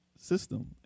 system